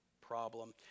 problem